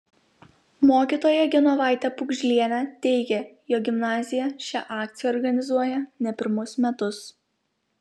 mokytoja genovaitė pugžlienė teigė jog gimnazija šią akciją organizuoja ne pirmus metus